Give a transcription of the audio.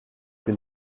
que